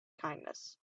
kindness